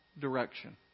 direction